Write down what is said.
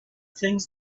things